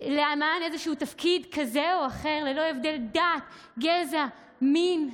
כולם ללא הבדל דת, גזע, מין.